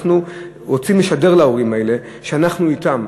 אנחנו רוצים לשדר להורים האלה שאנחנו אתם,